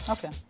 Okay